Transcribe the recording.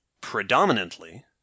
predominantly